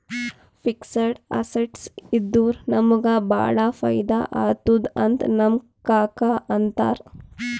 fixed assets ಇದ್ದುರ ನಮುಗ ಭಾಳ ಫೈದಾ ಆತ್ತುದ್ ಅಂತ್ ನಮ್ ಕಾಕಾ ಅಂತಾರ್